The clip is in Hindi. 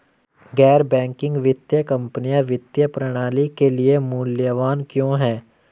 गैर बैंकिंग वित्तीय कंपनियाँ वित्तीय प्रणाली के लिए मूल्यवान क्यों हैं?